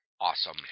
awesome